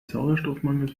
sauerstoffmangel